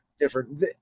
different